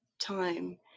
time